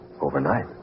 overnight